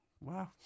Wow